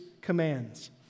commands